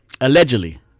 Allegedly